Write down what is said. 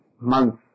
months